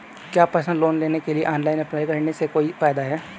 क्या personal loan के लिए ऑनलाइन अप्लाई करने से कोई फायदा है?